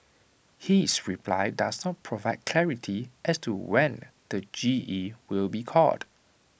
his reply does not provide clarity as to when the G E will be called